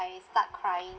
start crying